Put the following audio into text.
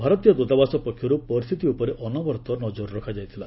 ଭାରତୀୟ ଦୃତାବାସ ପକ୍ଷରୁ ପରିସ୍ଥିତି ଉପରେ ଅନବରତ ନକର ରଖାଯାଇଥିଲା